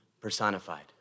personified